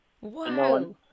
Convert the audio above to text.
Wow